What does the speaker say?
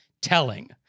telling